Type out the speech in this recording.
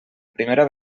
primera